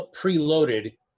preloaded